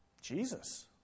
Jesus